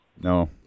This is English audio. No